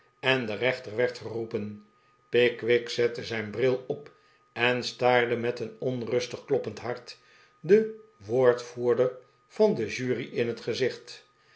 en de rechter werd geroepen pickwick zettezijn bril op en staarde met een onrustig kloppend hart den woordvoerder van de jury in het gezicht